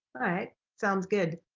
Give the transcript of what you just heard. right, sounds good,